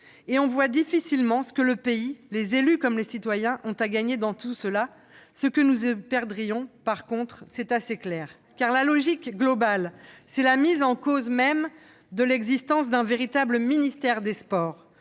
et on voit difficilement ce que le pays, les élus comme les citoyens, a à gagner dans tout cela., ce que nous y perdrions est assez clair. La logique globale, c'est la mise en cause de l'existence même d'un véritable ministère des sports.